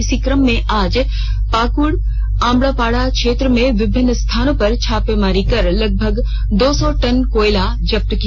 इसी कम में आज पाकड़ अमड़ापाड़ा क्षेत्र में विभिन्न स्थानों पर छापेमारी कर लगभग दो सौ टन कोयला जब्त किया